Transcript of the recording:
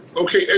okay